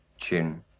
tune